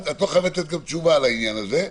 את לא חייבת לתת תשובה לעניין הזה,